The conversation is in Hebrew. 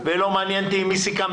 ולא מעניין אותי עם מי סיכמת,